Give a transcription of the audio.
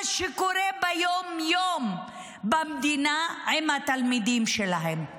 שקורה ביום-יום במדינה עם התלמידים שלהם.